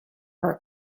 her